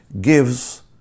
gives